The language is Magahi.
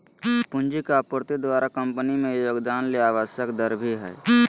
पूंजी के आपूर्ति द्वारा कंपनी में योगदान ले आवश्यक दर भी हइ